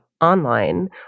online